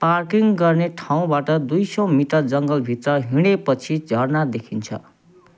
parking गर्ने ठाउँबाट दुई सय मिटर जङ्गलभित्र हिँडेपछि झरना देखिन्छ